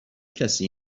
کسی